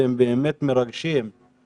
והם באמת מרגשים,